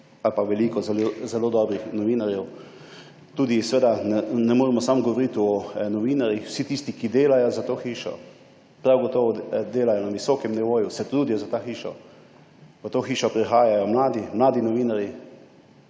ker je veliko zelo dobrih novinarjev, tudi seveda ne moremo samo govoriti o novinarjih, vsi tisti, ki delajo za to hišo, prav gotovo delajo na visokem nivoju, se trudijo za to hišo, v to hišo prihajajo mladi, mladi novinarji.